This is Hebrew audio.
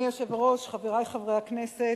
אדוני היושב-ראש, חברי חברי הכנסת,